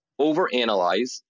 overanalyze